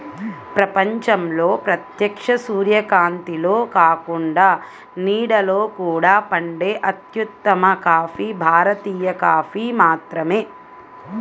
ప్రపంచంలో ప్రత్యక్ష సూర్యకాంతిలో కాకుండా నీడలో కూడా పండే అత్యుత్తమ కాఫీ భారతీయ కాఫీ మాత్రమే